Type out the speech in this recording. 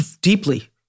Deeply